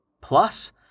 Plus